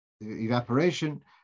evaporation